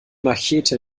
machete